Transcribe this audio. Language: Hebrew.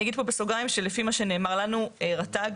אני אגיד פה בסוגריים, שלפי מה שנאמר לנו, רת"ג